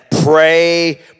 pray